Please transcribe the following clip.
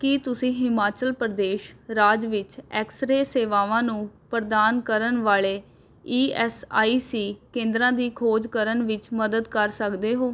ਕੀ ਤੁਸੀਂ ਹਿਮਾਚਲ ਪ੍ਰਦੇਸ਼ ਰਾਜ ਵਿੱਚ ਐਕਸ ਰੇ ਸੇਵਾਵਾਂ ਨੂੰ ਪ੍ਰਦਾਨ ਕਰਨ ਵਾਲੇ ਈ ਐੱਸ ਆਈ ਸੀ ਕੇਂਦਰਾਂ ਦੀ ਖੋਜ ਕਰਨ ਵਿੱਚ ਮਦਦ ਕਰ ਸਕਦੇ ਹੋ